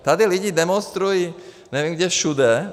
Tady lidé demonstrují, nevím, kde všude.